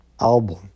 album